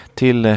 till